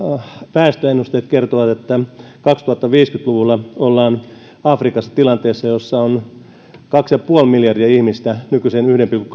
väestöennusteet kertovat että kaksituhattaviisikymmentä luvulla ollaan afrikassa tilanteessa jossa on kaksi pilkku viisi miljardia ihmistä nykyisten yhden